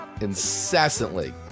Incessantly